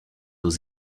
aux